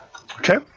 Okay